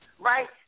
Right